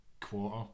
quarter